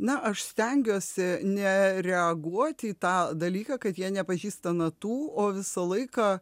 na aš stengiuosi nereaguoti į tą dalyką kad jie nepažįsta natų o visą laiką